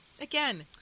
Again